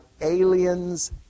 aliens